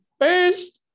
first